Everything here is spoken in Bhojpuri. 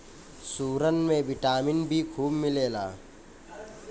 सुरन में विटामिन बी खूब मिलेला